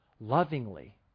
lovingly